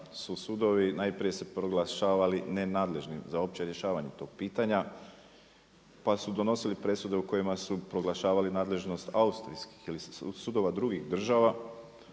su sudovi najprije su se proglašavali nenadležnim za opće rješavanje tog pitanja, pa su donosili presude u kojima su proglašavali nadležnost austrijskih ili sudova drugih država